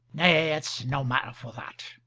nay, it's no matter for that.